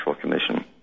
Commission